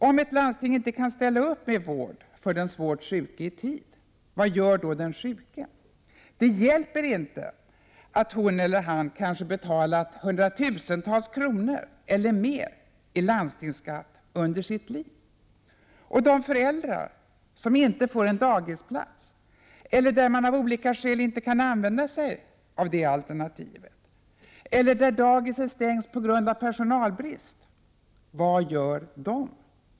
Om ett landsting inte kan ställa upp med vård för den svårt sjuke i tid, vad gör då den sjuke? Det hjälper inte att hon eller han kanske betalat hundratusentals kronor eller mer i landstingsskatt under sitt liv. De föräldrar som inte får en dagisplats eller som av olika skäl inte kan använda sig av det alternativet eller där dagiset stängs på grund av personalbrist, vad gör de?